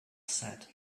said